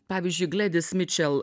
pavyzdžiui gledis mičel